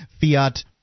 fiat